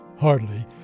Hardly